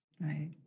Right